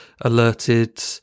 alerted